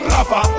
Rafa